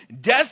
Death